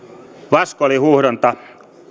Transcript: vaskoolihuuhdonta